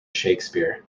shakespeare